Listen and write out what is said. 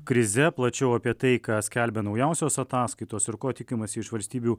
krize plačiau apie tai ką skelbia naujausios ataskaitos ir ko tikimasi iš valstybių